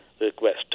request